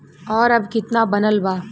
और अब कितना बनल बा?